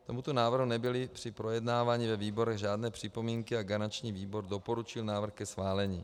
K tomuto návrhu nebyly při projednávání ve výborech žádné připomínky a garanční výbor doporučil návrh ke schválení.